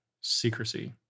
secrecy